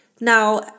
Now